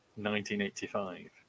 1985